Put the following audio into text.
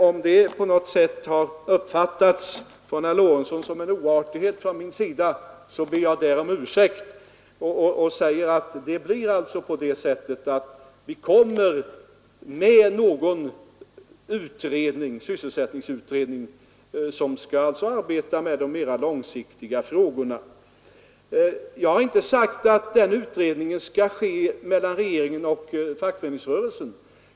Om detta på något sätt av herr Lorentzon har uppfattats som en oartighet från min sida ber jag om ursäkt och säger nu att vi kommer att tillsätta en sysselsättningsutredning som skall arbeta med de mera långsiktiga frågorna. Jag har inte sagt att den utredningen skall ske mellan regeringen och fackföreningsrörelsen.